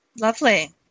Lovely